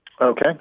Okay